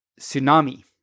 tsunami